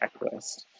checklist